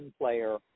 player